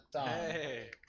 Hey